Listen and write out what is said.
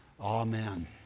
Amen